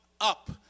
up